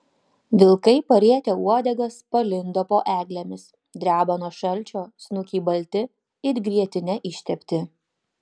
vilkai parietę uodegas palindo po eglėmis dreba nuo šalčio snukiai balti it grietine ištepti